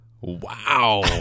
Wow